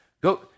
Go